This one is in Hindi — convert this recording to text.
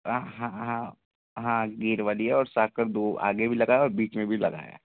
हाँ हाँ हाँ गियर वाली और साकर दो आगे भी लगा हो बीच में भी लगाया